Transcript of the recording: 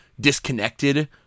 disconnected